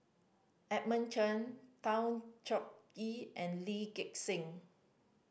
Edmund Cheng Tan Choh Ee and Lee Gek Seng